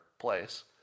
place